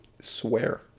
swear